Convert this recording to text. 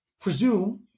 presume